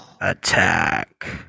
attack